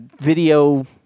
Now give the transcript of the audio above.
video